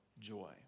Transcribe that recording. joy